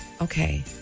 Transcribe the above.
Okay